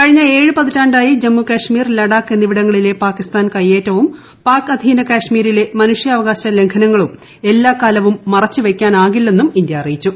കഴിഞ്ഞ ഏഴു പതിറ്റാണ്ടായി ജമ്മു കശ്മീർ ലഡാക്ക് എന്നിവിടങ്ങളിലെ പാക്കിസ്ഥാൻ കയ്യേറ്റവും പാക്ക് അധീന കശ്മീരിലെ മനുഷ്യാവകാശ ലംഘനങ്ങളും എല്ലാക്കാലവും മറച്ചുവെക്കാനാകില്ലെന്നും ഇന്ത്യ അറിയിച്ചു